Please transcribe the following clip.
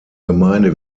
gemeinde